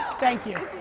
thank you,